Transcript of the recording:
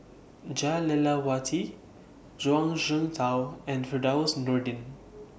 Jah Lelawati Zhuang Shengtao and Firdaus Nordin